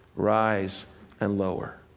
rise and lower.